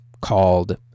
called